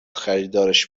خریدارش